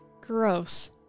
gross